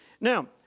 Now